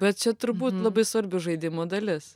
bet čia turbūt labai svarbi žaidimo dalis